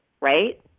right